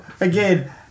again